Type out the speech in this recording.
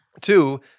Two